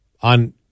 on